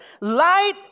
light